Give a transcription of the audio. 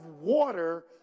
water